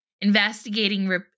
Investigating